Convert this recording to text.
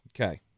okay